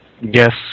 yes